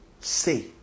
say